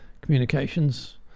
communications